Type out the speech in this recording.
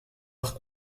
par